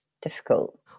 difficult